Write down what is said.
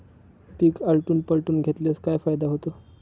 पीक आलटून पालटून घेतल्यास काय फायदा होतो?